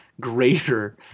greater